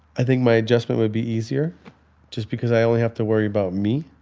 i think my adjustment would be easier just because i only have to worry about me.